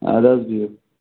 اَدٕ حظ بِہِو